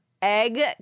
Egg